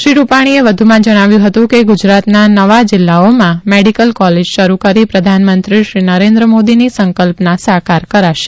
શ્રી રૂપાણીએ વધુમાં જણાવ્યું હતું કે ગુજરાતના નવા જિલ્લાઓમાં મેડિકલ કોલેજ શરૂ કરી પ્રધાનમંત્રી શ્રી નરેન્દ્ર મોદીની સંકલ્પના સાકાર કરાશે